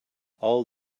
all